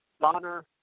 Bonner